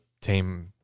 tame